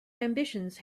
ambitions